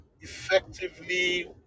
effectively